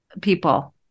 people